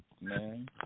Man